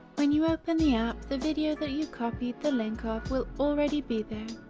when you open the app the video that you copied the link of will already be there.